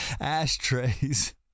ashtrays